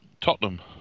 Tottenham